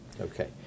Okay